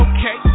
Okay